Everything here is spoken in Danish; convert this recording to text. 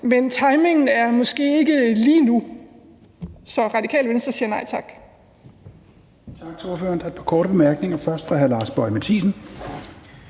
men timingen er måske ikke så god lige nu. Så Radikale Venstre siger nej tak.